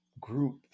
Group